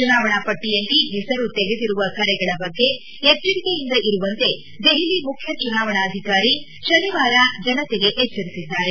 ಚುನಾವಣಾ ಪಟ್ಟಿಯಲ್ಲಿ ಹೆಸರು ತೆಗೆದಿರುವ ಕರೆಗಳ ಬಗ್ಗೆ ಎಚ್ಚರಿಕೆಯಿಂದ ಇರುವಂತೆ ದೆಹಲಿ ಮುಖ್ಯ ಚುನಾವಣಾಧಿಕಾರಿ ಶನಿವಾರ ಜನತೆಗೆ ಎಚ್ಚರಿಸಿದ್ದಾರೆ